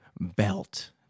belt